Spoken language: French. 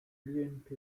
l’ump